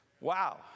Wow